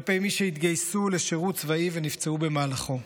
כלפי מי שהתגייסו לשירות צבאי ונפצעו במהלכו,